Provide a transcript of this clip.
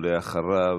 ואחריו,